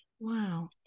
wow